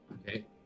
Okay